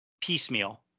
piecemeal